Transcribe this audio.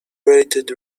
rated